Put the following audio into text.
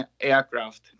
aircraft